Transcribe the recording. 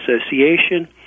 association